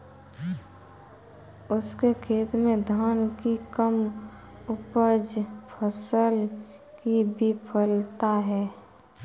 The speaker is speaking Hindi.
उसके खेत में धान की कम उपज फसल की विफलता है